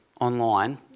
online